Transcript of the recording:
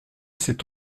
s’est